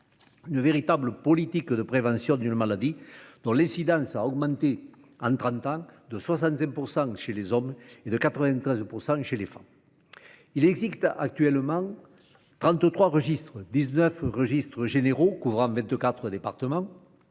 une véritable politique de prévention d'une maladie dont l'incidence a augmenté, en trente ans, de 65 % chez les hommes et de 93 % chez les femmes. Il existe actuellement 33 registres, 19 registres généraux, couvrant 24 départements,